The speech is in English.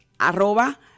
arroba